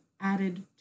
added